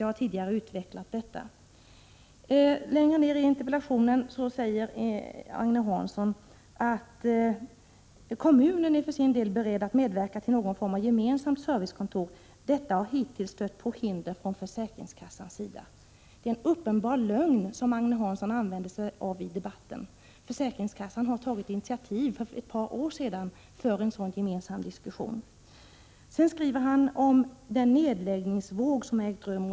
Jag har utvecklat detta tidigare. Längre ner i interpellationen säger Agne Hansson: ”Kommunen är för sin del beredd att medverka till att någon form av gemensamt servicekontor kan byggas upp ——-—. Detta har hittills stött på hinder från försäkringskassans sida.” Det är en uppenbar lögn som Agne Hansson använder sig av i debatten. Försäkringskassan har tagit initiativ för ett par år sedan till en sådan gemensam diskussion. Sedan skriver han om den nedläggningsvåg som har ägt rum.